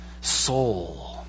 soul